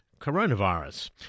Coronavirus